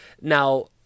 Now